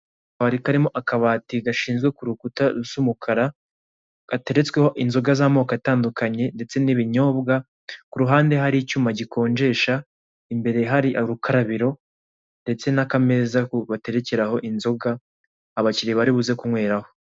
Akabari karimo akabati gashinzwe ku rukuta rusa umukara, gateretsweho inzoga z'amoko atandukanye ndetse n'ibinyobwa, ku ruhande hari icyuma gikonjesha, imbere hari urukarabiro ndetse n'akameza baterekeraho inzoga abakiliya bari buze kunyweraho.